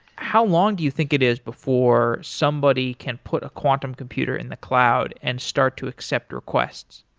how long do you think it is before somebody can put a quantum computer in the cloud and start to accept requests?